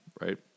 right